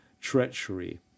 treachery